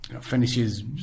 finishes